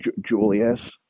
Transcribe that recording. Julius